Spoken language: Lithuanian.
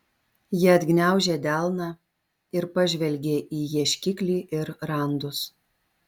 ji atgniaužė delną ir pažvelgė į ieškiklį ir randus